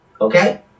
okay